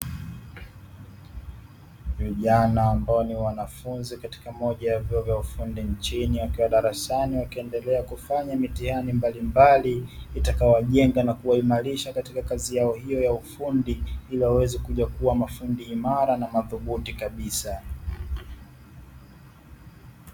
Vijana ambao ni wanafunzi katika moja ya vyuo vya ufundi nchini wakiwa darasani wakiendelea kufanya mitihani mbalimbali, itakao wajenga na kuwaimarisha katika kazi hiyo ya ufundi ili waweze kuja kuwa mafundi imara na madhubuti kabisa.